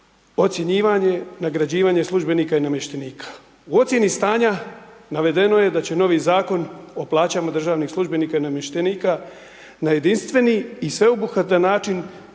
ocjenjivanje, nagrađivanje službenika i namještenika. U ocjeni stanja, navedeno je da će novi Zakon o plaćam državnih službenika i namještenika, na jedinstveni i sveobuhvatni način,